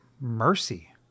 mercy